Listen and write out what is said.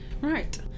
Right